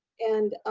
and